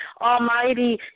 almighty